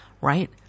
Right